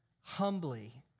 humbly